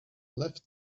left